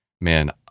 man